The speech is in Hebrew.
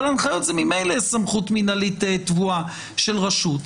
אבל הנחיות זה ממילא סמכות מינהלית טבועה של רשות.